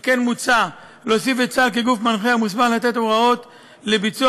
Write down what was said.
על כן מוצע להוסיף את צה"ל כגוף מנחה המוסמך לתת הוראות לביצוע